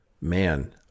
Man